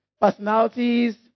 personalities